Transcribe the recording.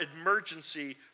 emergency